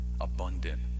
abundant